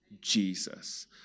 Jesus